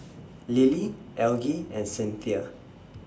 Lily Algie and Cinthia